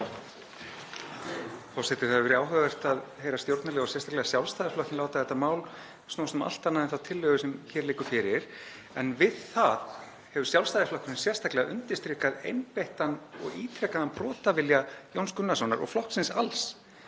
Forseti. Það hefur verið áhugavert að heyra stjórnarliða, og sérstaklega í Sjálfstæðisflokknum, láta þetta mál snúast um allt annað en þá tillögu sem hér liggur fyrir, en við það hefur Sjálfstæðisflokkurinn sérstaklega undirstrikað einbeittan og ítrekaðan brotavilja Jóns Gunnarssonar og flokksins alls.